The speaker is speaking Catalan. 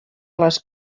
les